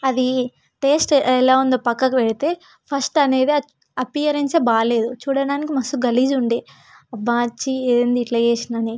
అది టేస్ట్ ఎలా ఉందో పక్కకి వెడితే ఫస్ట్ అనేది అది అపీరియన్సే బాగోలేదు చూడటానికి మస్తు గలీజ్ ఉండే అబ్బా ఛీ ఏంటి ఇట్ల చేసాను అని